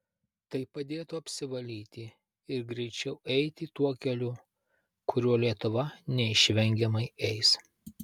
tai padėtų apsivalyti ir greičiau eiti tuo keliu kuriuo lietuva neišvengiamai eis